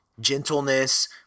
gentleness